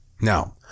Now